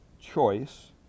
choice